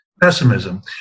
pessimism